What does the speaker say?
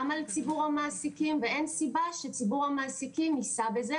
גם על ציבור המעסיקים ואין סיבה שציבור המעסיקים יישא בזה,